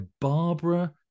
Barbara